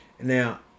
now